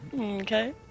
Okay